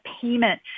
payment